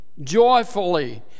joyfully